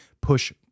push